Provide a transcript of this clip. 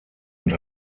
und